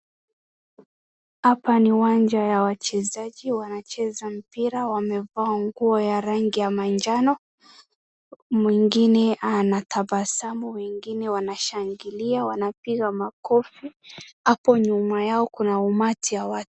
Hapa ni uwanja ya wachezaji wanacheza mpira. Wamevaa nguo ya rangi ya manjano. Mwingine anatabasamu, wengine wanashangili, wanapiga makofi. Hapo nyuma yao kuna umati ya watu.